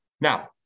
Now